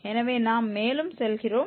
எனவே நாம் மேலும் செல்கிறோம்